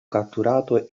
catturato